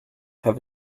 have